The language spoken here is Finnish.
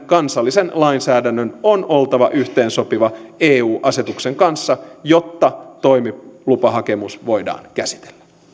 kansallisen lainsäädännön on oltava yhteensopiva eu asetuksen kanssa jotta toimilupahakemus voidaan käsitellä